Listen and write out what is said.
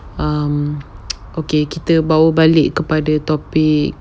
um okay kita bawa balik kepada topic